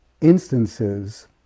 instances